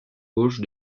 gauche